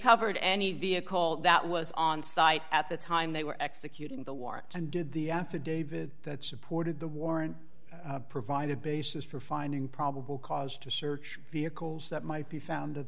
covered any vehicle that was on site at the time they were executing the warrant and did the affidavit that supported the warrant provide a basis for finding probable cause to search vehicles that might be found